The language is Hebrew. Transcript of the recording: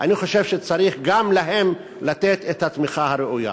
אני חושב שצריך גם להם לתת את התמיכה הראויה.